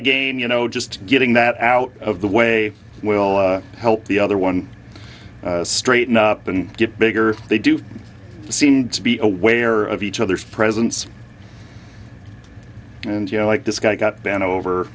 again you know just getting that out of the way will help the other one straighten up and get bigger they do seem to be aware of each other's presence and you know like this guy got bent over